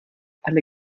alle